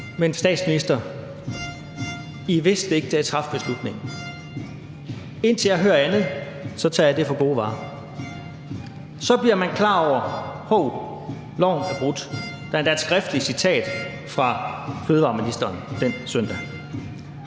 Men, statsminister, I vidste det ikke, da I traf beslutningen. Indtil jeg hører andet, tager jeg det for gode varer. Så bliver man klar over, at hov, loven er brudt, der er endda et skriftligt citat fra fødevareministeren den søndag.